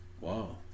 wow